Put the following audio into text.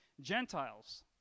gentiles